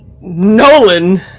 Nolan